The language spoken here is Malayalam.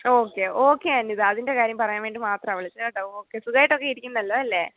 ഓക്കെ ഓക്കെ അനിത അതിൻ്റെ കാര്യം പറയാൻ വേണ്ടി മാത്രമാണ് വിളിച്ചത് കേട്ടോ ഓക്കെ സുഖമായിട്ടൊക്കെ ഇരിക്കുന്നല്ലോ അല്ലേ